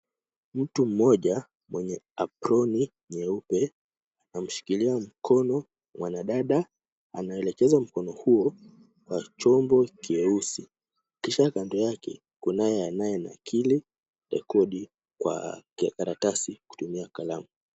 Mtu mmoja mwenye aproni nyeupe ameshikilia mkono mwanadada. Anaelekeza mkono huo kwa chombo kieusi kisha kando yake kunaye anayenakili rekodi kwa karatasi kutumia kalamu.